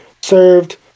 served